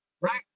right